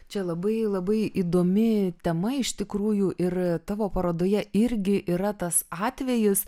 čia labai labai įdomi tema iš tikrųjų ir tavo parodoje irgi yra tas atvejis